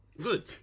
good